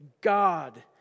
God